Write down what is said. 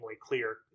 clear